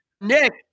Nick